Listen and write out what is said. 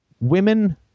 women